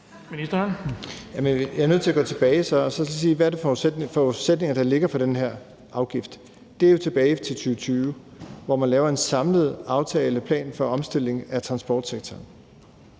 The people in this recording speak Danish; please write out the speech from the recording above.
Jeg er så nødt til at gå tilbage og sige, hvad det er for forudsætninger, der ligger til grund for den her afgift. Det går jo tilbage til 2020, hvor man laver en samlet aftaleplan for omstillingen af transportsektoren,